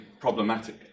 problematic